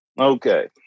Okay